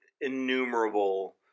innumerable